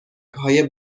های